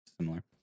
similar